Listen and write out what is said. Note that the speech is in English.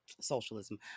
socialism